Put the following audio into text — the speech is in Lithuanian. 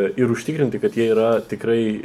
ir užtikrinti kad jie yra tikrai